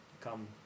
come